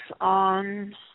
on